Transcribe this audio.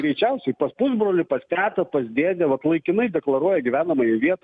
greičiausiai pas pusbrolį pas tetą pas dėdę vat laikinai deklaruoja gyvenamąją vietą